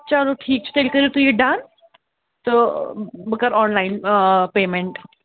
چلو ٹھیٖک چھُ تیٚلہِ کٔرِو یہِ تُہۍ ڈَن تہٕ بہٕ کَرٕ آن لایِن پےٚمیٚنٹ